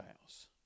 house